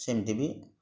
ସେମିତି ବି